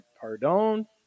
Pardon